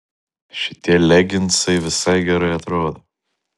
šitie leginsai visai gerai atrodo